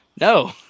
No